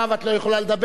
את לא יכולה לדבר,